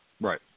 Right